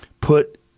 put